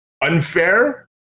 unfair